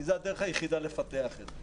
כי זו הדרך היחידה לפתח את זה.